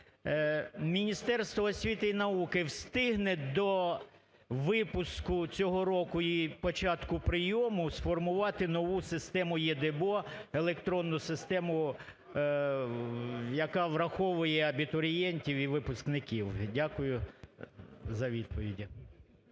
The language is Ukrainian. Міністерство освіти і науки встигне до випуску цього року і початку прийому сформувати нову систему ЄДЕБО – електронну систему, яка враховує абітурієнтів і випускників? Дякую за відповіді.